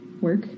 work